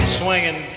swinging